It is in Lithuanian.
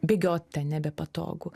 bėgiot ten nebepatogu